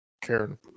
Karen